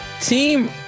Team